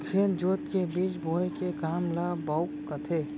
खेत जोत के बीज बोए के काम ल बाउक कथें